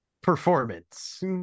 performance